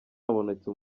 habonetse